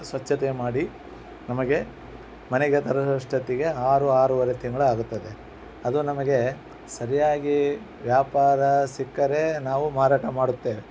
ಸ್ವಚ್ಛತೆ ಮಾಡಿ ನಮಗೆ ಮನೆಗೆ ತರೋರಷ್ಟೋತ್ತಿಗೆ ಆರು ಆರುವರೆ ತಿಂಗ್ಳು ಆಗುತ್ತದೆ ಅದು ನಮಗೆ ಸರಿಯಾಗಿ ವ್ಯಾಪಾರ ಸಿಕ್ಕರೆ ನಾವು ಮಾರಾಟ ಮಾಡುತ್ತೇವೆ